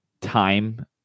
time